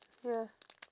ya